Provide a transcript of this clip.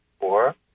four